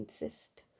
insist